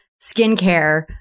skincare